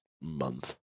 month